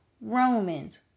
Romans